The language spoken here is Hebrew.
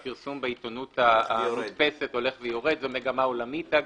והפרסום בעיתונות המודפסת הולך ויורד זו מגמה עולמית.